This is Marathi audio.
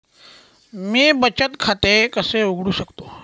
मी बचत खाते कसे उघडू शकतो?